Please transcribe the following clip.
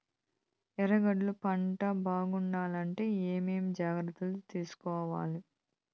ఎర్రగడ్డలు పంట బాగుండాలంటే ఏమేమి జాగ్రత్తలు తీసుకొవాలి?